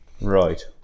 Right